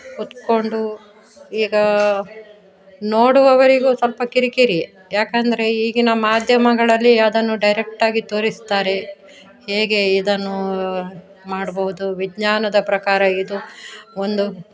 ಕೂತ್ಕೊಂಡು ಈಗ ನೋಡುವವರಿಗೂ ಸ್ವಲ್ಪ ಕಿರಿಕಿರಿಯೆ ಯಾಕೆಂದ್ರೆ ಈಗಿನ ಮಾಧ್ಯಮಗಳಲ್ಲಿ ಅದನ್ನು ಡೈರೆಕ್ಟಾಗಿ ತೋರಿಸ್ತಾರೆ ಹೇಗೆ ಇದನ್ನು ಮಾಡ್ಬೋದು ವಿಜ್ಞಾನದ ಪ್ರಕಾರ ಇದು ಒಂದು